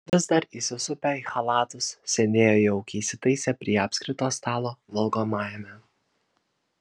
vis dar įsisupę į chalatus sėdėjo jaukiai įsitaisę prie apskrito stalo valgomajame